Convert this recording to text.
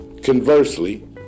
Conversely